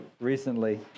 recently